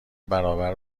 برابر